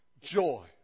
Joy